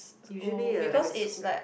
usually a like a school